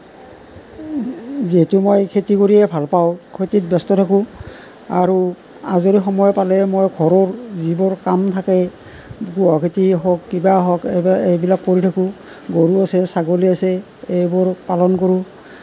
যিহেতু মই খেতি কৰিয়েই ভাল পাওঁ খেতিত ব্যস্ত থাকোঁ আৰু আজৰি সময় পালে মই ঘৰৰ যিবোৰ কাম থাকে খেতিয়েই হওক কিবা হওক এইবিলাক কৰি থাকোঁ গৰু আছে ছাগলী আছে এইবোৰ পালন কৰোঁ